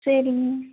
சரிங்க மேம்